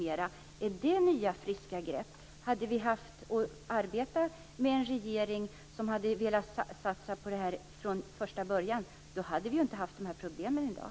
Är det nya, friska grepp? Hade vi arbetat med en regering som hade velat satsa på det här från första början, så hade vi inte haft de här problemen i dag.